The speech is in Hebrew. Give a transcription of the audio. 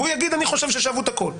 הוא יגיד, אני חושב ששאבו את הכול,